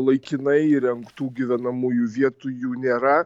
laikinai įrengtų gyvenamųjų vietų jų nėra